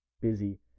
busy